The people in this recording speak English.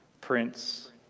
Prince